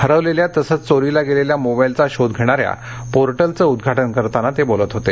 हरवलेल्या तसंच चोरीला गेलेल्या मोबाईलचा शोध घेणाऱ्या पो ििचं उद्घाउ करताना ते बोलत होते